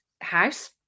house